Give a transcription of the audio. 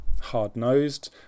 hard-nosed